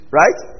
right